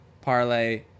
parlay